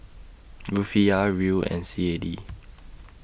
Rufiyaa Riel and C A D